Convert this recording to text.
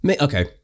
Okay